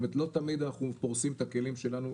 לא תמיד אנחנו פורסים את הכלים שלנו.